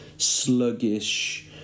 sluggish